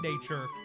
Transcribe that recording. nature